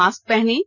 mask पहनें